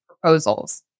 proposals